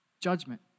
judgment